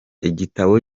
igitabo